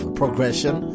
progression